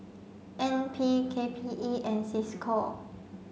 N P K P E and Cisco